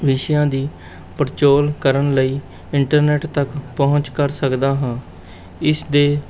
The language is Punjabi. ਵਿਸ਼ਿਆਂ ਦੀ ਪੜਚੋਲ ਕਰਨ ਲਈ ਇੰਟਰਨੈੱਟ ਤੱਕ ਪਹੁੰਚ ਕਰ ਸਕਦਾ ਹਾਂ ਇਸ ਦੇ